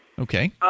okay